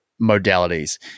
modalities